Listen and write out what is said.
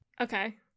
Okay